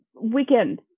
weekend